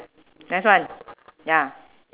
next one ya